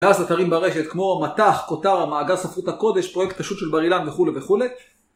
אתרים ברשת, כמו מתח, כותר, מאגר ספרות הקודש, פרויקט השו"ת של בר אילן, וכולי וכולי.